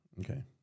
Okay